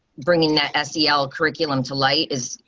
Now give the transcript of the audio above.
bringing that sal curriculum to light is,